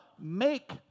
make